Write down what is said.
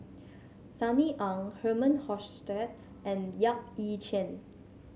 Sunny Ang Herman Hochstadt and Yap Ee Chian